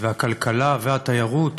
והכלכלה והתיירות